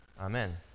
Amen